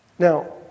Now